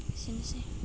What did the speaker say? एसेनोसै